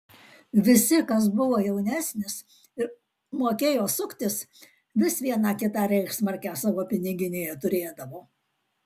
visi kas buvo jaunesnis ir mokėjo suktis vis vieną kitą reichsmarkę savo piniginėje turėdavo